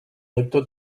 lector